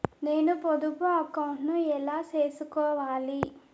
నేను పొదుపు అకౌంటు ను ఎలా సేసుకోవాలి?